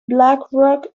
blackrock